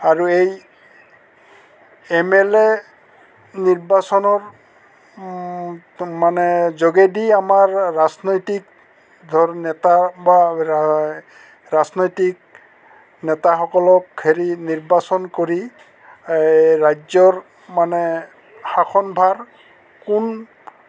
আৰু এই M L A নিৰ্বাচনৰ মানে যোগেদি আমাৰ ৰাজনৈতিক ধৰ নেতা বা ৰাজনৈতিক নেতাসকলক হেৰি নিৰ্বাচন কৰি ৰাজ্যৰ মানে শাসনভাৰ কোন